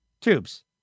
Tubes